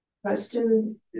Questions